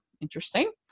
interesting